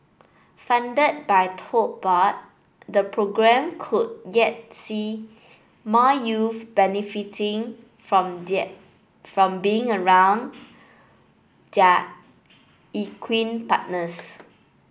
funded by Tote Board the programme could yet see more youth benefiting from from being around their equine partners